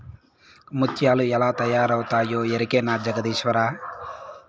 ముత్యాలు ఎలా తయారవుతాయో ఎరకనా జగదీశ్వరా